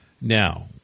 Now